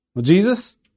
Jesus